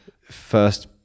first